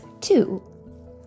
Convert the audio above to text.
two